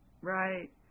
right